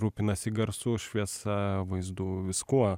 rūpinasi garsu šviesa vaizdu viskuo